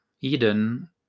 Eden